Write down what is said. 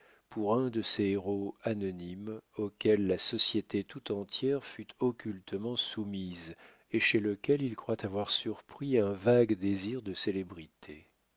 par un de ces héros anonymes auxquels la société tout entière fut occultement soumise et chez lequel il croit avoir surpris un vague désir de célébrité